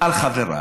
על חבריי,